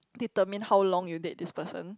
determine how long you date this person